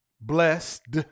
blessed